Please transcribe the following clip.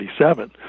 1977